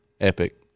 epic